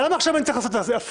למה עכשיו אני צריך לעשות הפוך?